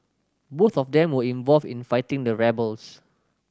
both of them were involved in fighting the rebels